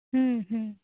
ᱦᱩᱸᱼ ᱦᱩᱸ